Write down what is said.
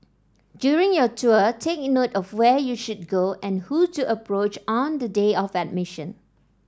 during your tour take in note of where you should go and who to approach on the day of admission